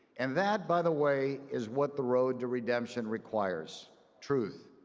and that, by the way, is what the road to redemption requires truth.